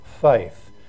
faith